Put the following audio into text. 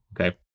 okay